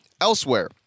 elsewhere